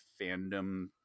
fandom